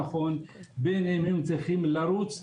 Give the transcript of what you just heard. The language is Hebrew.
בין אם הם צריכים לרוץ.